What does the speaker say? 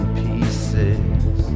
pieces